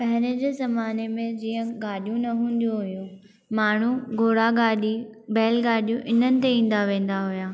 पहिरें जे ज़माने मे जीअं गाॾियूं न हूंदी हुयूं माण्हू घोड़ा गाॾी बैल गाॾियूं इन्हनि ते ईंदा वेंदा हुआ